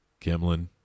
Kimlin